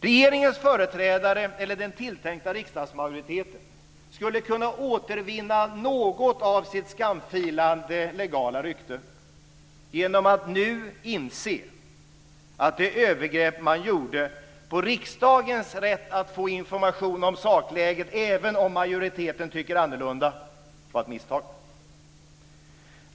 Regeringens företrädare eller den tilltänkta riksdagsmajoriteten skulle kunna återvinna något av sitt skamfilade legala rykte genom att nu inse att det övergrepp man begick när det gäller riksdagens rätt att få information om sakläget, även om majoriteten tycker annorlunda, var ett misstag.